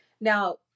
Now